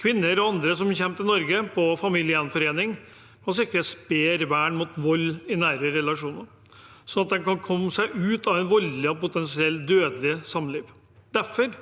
Kvinner og andre som kommer til Norge på familiegjenforening, må sikres bedre vern mot vold i nære relasjoner, sånn at en kan komme seg ut av et voldelig og potensielt dødelig samliv. Derfor